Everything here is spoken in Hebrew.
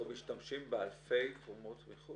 אנחנו משתמשים באלפי תרומות מחו"ל?